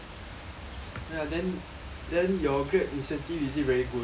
ya then then your Grab incentive is it very good